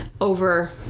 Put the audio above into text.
over